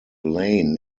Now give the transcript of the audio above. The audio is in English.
lane